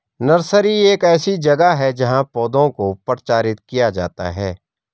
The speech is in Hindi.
नर्सरी एक ऐसी जगह है जहां पौधों को प्रचारित किया जाता है